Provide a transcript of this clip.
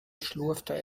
schlurfte